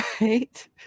right